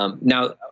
Now